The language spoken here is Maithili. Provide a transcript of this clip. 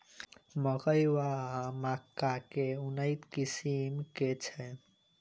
मकई वा मक्का केँ उन्नत किसिम केँ छैय?